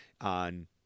on